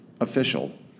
official